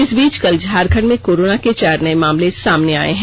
इस बीच कल झारखंड में कोरोना के चार नये मामले सामने आये हैं